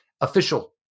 Official